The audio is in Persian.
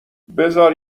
بزار